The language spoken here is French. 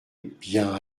bien